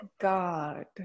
God